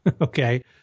Okay